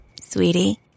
Sweetie